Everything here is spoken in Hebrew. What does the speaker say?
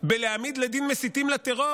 להעמיד לדין מסיתים לטרור,